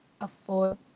afford